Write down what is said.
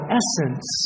essence